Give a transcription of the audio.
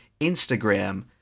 Instagram